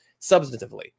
substantively